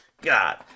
God